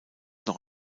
noch